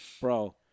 Bro